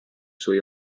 suoi